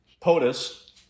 POTUS